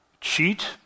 cheat